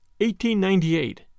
1898